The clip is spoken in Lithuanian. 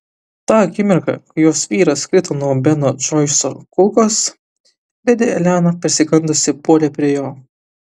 tą akimirką kai jos vyras krito nuo beno džoiso kulkos ledi elena persigandusi puolė prie jo